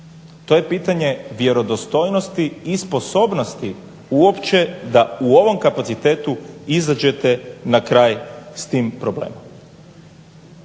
To je pitanje vjerodostojnosti i sposobnosti uopće da u ovom kapacitetu izađete na kraj s tim problemom.